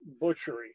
butchery